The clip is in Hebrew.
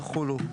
יחולו,